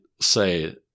say